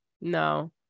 no